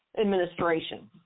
Administration